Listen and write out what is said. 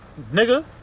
Nigga